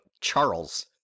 Charles